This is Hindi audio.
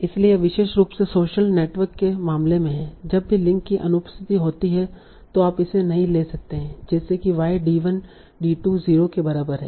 इसलिए यह विशेष रूप से सोशल नेटवर्क के मामले में है जब भी लिंक की अनुपस्थिति होती है तो आप इसे नहीं ले सकते हैं जैसे कि y d1 d2 0 के बराबर है